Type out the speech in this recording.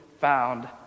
found